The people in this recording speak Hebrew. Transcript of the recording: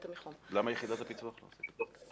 למה שיחידת הפיצוח לא תעשה את זה?